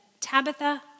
Tabitha